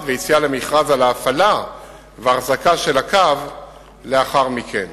ויציאה למכרז על ההפעלה וההחזקה של הקו לאחר מכן.